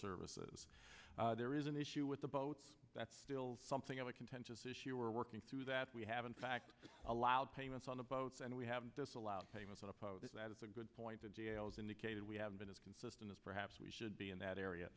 services there is an issue with the boats that's still something of a contentious issue we're working through that we have in fact allowed payments on the boats and we have disallowed payments on approach that it's a good point the details indicated we haven't been as consistent as perhaps we should be in that area